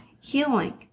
healing